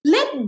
Let